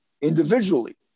individually